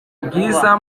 bwiza